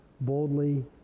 boldly